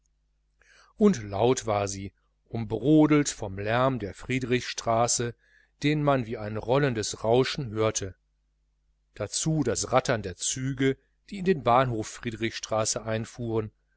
und laut war sie umbrodelt vom lärm der friedrichstraße den man wie ein rollendes rauschen hörte dazu das rattern der züge die in den bahnhof friedrichstraße einfuhren